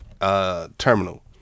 Terminal